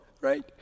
right